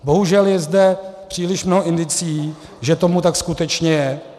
Bohužel je zde příliš mnoho indicií, že tomu tak skutečně je.